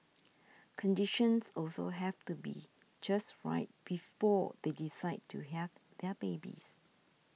conditions also have to be just right before they decide to have their babies